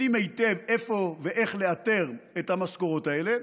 יודעים היטב איפה ואיך לאתר את המשכורות האלה,